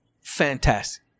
Fantastic